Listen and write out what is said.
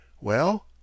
Well